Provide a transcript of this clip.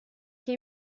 che